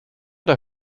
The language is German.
der